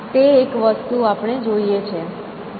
તે એક વસ્તુ આપણે જોઈએ છે